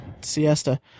siesta